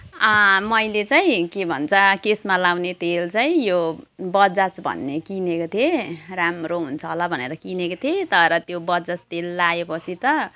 मैले चाहिँ के भन्छ केशमा लगाउने तेल चाहिँ यो बजाज भन्ने किनेको थिएँ राम्रो हुन्छ होला भनेर किनेको थिएँ तर त्यो बजाज तेल लगाएपछि त